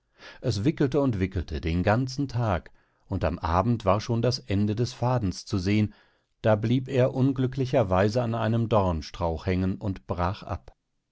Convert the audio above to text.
es wickelte und wickelte den ganzen tag und am abend war schon das ende des fadens zu sehen da blieb er unglücklicherweise an einem dornstrauch hängen und brach ab